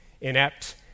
inept